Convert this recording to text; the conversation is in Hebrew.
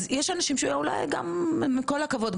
אז יש אנשים שאולי גם עם כל הכבוד,